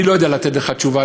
אני לא יודע לתת לך תשובה,